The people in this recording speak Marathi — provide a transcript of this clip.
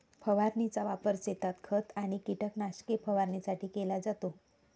फवारणीचा वापर शेतात खत आणि कीटकनाशके फवारणीसाठी केला जातो